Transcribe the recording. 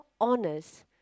honors